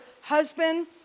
husband